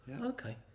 Okay